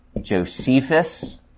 Josephus